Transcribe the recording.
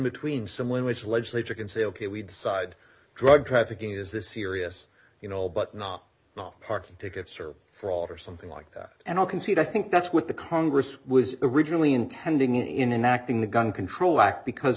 between someone which legislature can say ok we decide drug trafficking is this serious you know but not enough parking tickets or fraud or something like that and i'll concede i think that's what the congress was originally intending in and acting the gun control act because